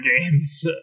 games